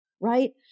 right